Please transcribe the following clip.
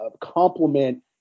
complement